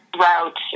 route